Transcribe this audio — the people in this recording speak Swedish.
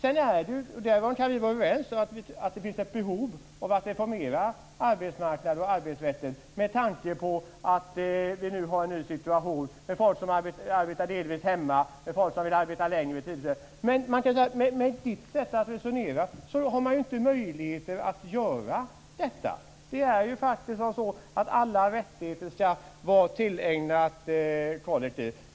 Vi kan vara överens om att det finns ett behov av att reformera arbetsmarknaden och arbetsrätten med tanke på att vi nu har en ny situation med folk som delvis arbetar hemma och folk som vill arbeta längre tid. Men med Hans Anderssons sätt att resonera finns ju inte den möjligheten, utan alla rättigheter skall vara tillägnade kollektivet.